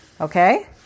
Okay